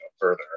further